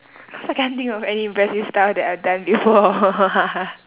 cause I can't think of any impressive stuff that I've done before